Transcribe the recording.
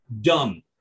dumb